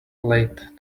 late